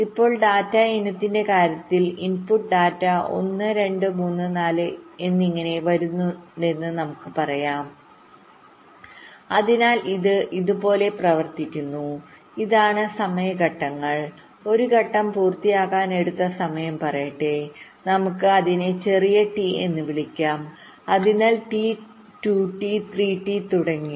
ഇപ്പോൾ ഡാറ്റാ ഇനത്തിന്റെ കാര്യത്തിൽ ഇൻപുട്ട് ഡാറ്റ ഒന്ന് രണ്ട് മൂന്ന് നാല് എന്നിങ്ങനെ വരുന്നുവെന്ന് നമുക്ക് പറയാം അതിനാൽ ഇത് ഇതുപോലെ പ്രവർത്തിക്കുന്നു ഇതാണ് സമയ ഘട്ടങ്ങൾ ഒരു ഘട്ടം പൂർത്തിയാകാൻ എടുത്ത സമയം പറയട്ടെ നമുക്ക് അതിനെ ചെറിയ t എന്ന് വിളിക്കാം അതിനാൽ t 2t 3t തുടങ്ങിയവ